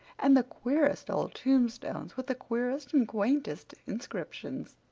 and the queerest old tombstones, with the queerest and quaintest inscriptions.